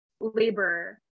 labor